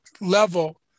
level